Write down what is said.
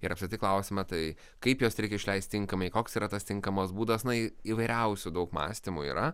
ir aš apskritai klausimą tai kaip juos reikia išleist tinkamai koks yra tas tinkamas būdas na įvairiausių daug mąstymų yra